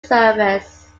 service